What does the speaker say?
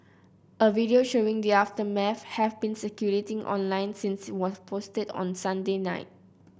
a video showing the aftermath has been circulating online since it was posted on Sunday night